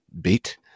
beat